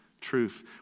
truth